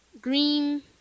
green